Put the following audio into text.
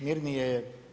Mirnije je.